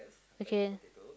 okay